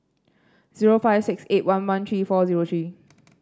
zero five six eight one one three four zero three